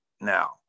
now